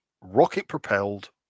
rocket-propelled